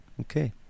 Okay